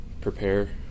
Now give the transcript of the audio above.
prepare